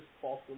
false